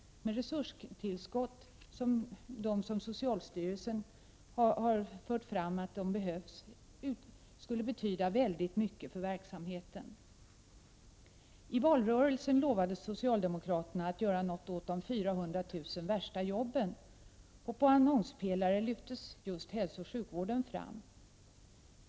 Resurstillskott av det slag som socialstyrelsen fört fram behövs skulle betyda mycket för verksamheten. I valrörelsen lovade socialdemokraterna att göra något åt de 400 000 värsta jobben. På annonspelare lyftes just hälsooch sjukvården fram.